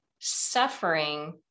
suffering